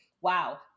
Wow